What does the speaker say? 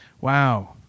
Wow